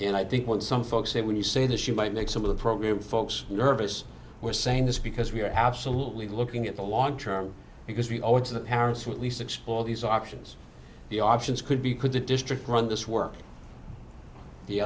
and i think when some folks say when you say this you might make some of the program folks nervous we're saying this because we are absolutely looking at the long term because of the parents who at least explore these options the options could be could the district run this work the